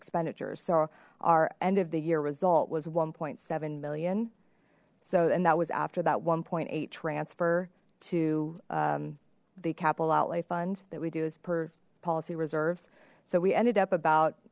expenditures so our end of the year result was one seven million so and that was after that one eight transfer to the capital outlay fund that we do is per policy reserves so we ended up about